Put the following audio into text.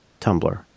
Tumblr